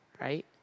right